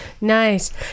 Nice